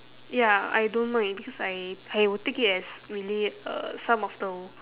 ya I don't mind because I I will take it as really uh some of the